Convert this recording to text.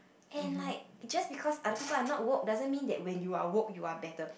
and like just because other people are not woke doesn't mean that when you are woke you are better